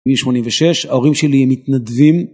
מ-86, ההורים שלי הם מתנדבים.